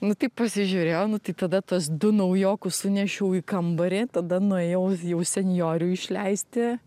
nu taip pasižiūrėjo nu tai tada tuos du naujokus sunešiau į kambarį tada nuėjau jau senjorių išleisti